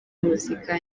muzika